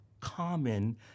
common